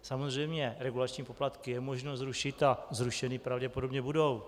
Samozřejmě regulační poplatky je možno zrušit a zrušeny pravděpodobně budou.